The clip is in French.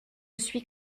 suis